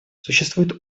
существует